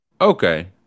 Okay